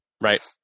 right